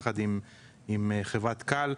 יחד עם חברת כאל,